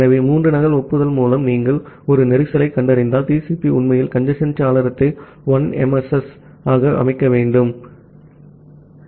ஆகவே 3 நகல் ஒப்புதல் மூலம் நீங்கள் ஒரு கஞ்சேஸ்ன்க் கண்டறிந்தால் TCP உண்மையில் கஞ்சேஸ்ன் சாளரத்தை 1 MSS ஆக அமைக்க வேண்டுமா